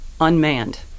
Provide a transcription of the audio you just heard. unmanned